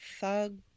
Thug